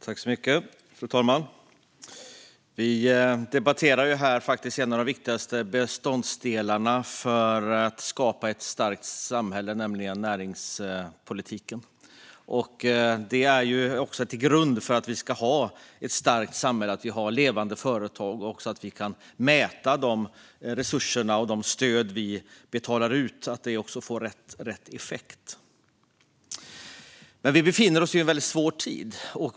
Fru talman! Vi debatterar här en av de viktigaste beståndsdelarna för att skapa ett starkt samhälle, nämligen näringspolitiken. Att vi har levande företag är en grund för ett starkt samhälle, liksom att vi kan mäta att de resurser och stöd vi betalar ut får rätt effekt. Vi befinner oss ju i en mycket svår tid.